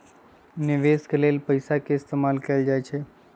निवेश के लेल पैसा के इस्तमाल कएल जाई छई